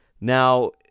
Now